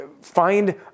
find